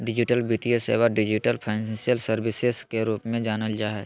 digital वित्तीय सेवा, digital financial services के रूप में जानल जा हइ